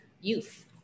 youth